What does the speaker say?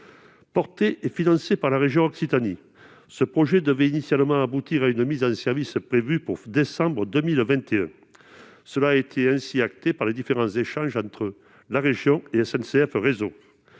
Porté et financé par la région Occitanie, ce projet devait initialement aboutir à une mise en service en décembre 2021. Cela avait été acté lors des différents échanges entre la région et SNCF Réseau.